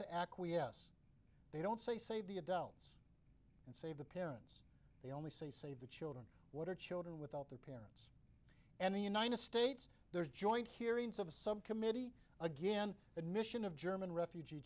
to acquiesce they don't say save the adults and save the parents they only say save the children what are children without their parents and the united states there's joint hearings of a subcommittee again admission of german refugee